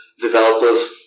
developers